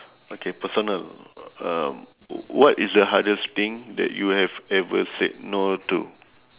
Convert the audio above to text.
okay personal um what is the hardest thing that you have ever said no to